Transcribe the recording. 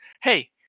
hey